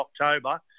October